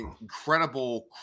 incredible